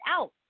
out